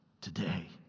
today